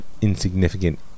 insignificant